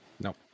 No